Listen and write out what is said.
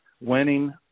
winning